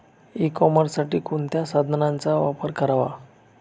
E कॉमर्ससाठी कोणत्या साधनांचा वापर करावा?